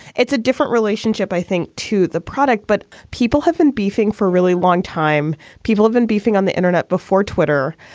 it's a different relationship, i think, to the product. but people have been beefing for a really long time. people have been beefing on the internet before twitter.